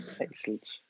Excellent